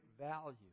value